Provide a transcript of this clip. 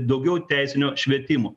daugiau teisinio švietimo